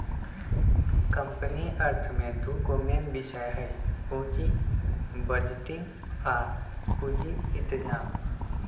company अर्थ में दूगो मेन विषय हइ पुजी बजटिंग आ पूजी इतजाम